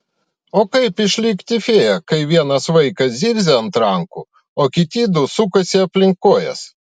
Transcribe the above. o kaip išlikti fėja kai vienas vaikas zirzia ant rankų o kiti du sukasi aplink kojas